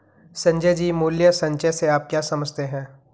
संजय जी, मूल्य संचय से आप क्या समझते हैं?